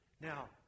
Now